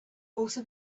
also